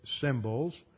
symbols